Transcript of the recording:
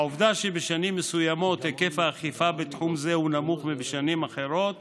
העובדה שבשנים מסוימות היקף האכיפה בתחום זה הוא נמוך משנים אחרות